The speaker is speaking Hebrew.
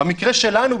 במקרה שלנו,